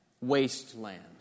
wasteland